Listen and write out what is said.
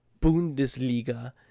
Bundesliga